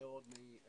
גבוהות מאוד מהאחוז